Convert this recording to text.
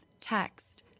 text